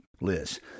Liz